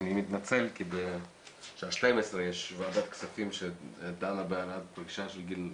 אני מתנצל כי בשעה 12:00 יש ועדת כספים שדנה בהעלאת פרישה של נשים,